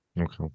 Okay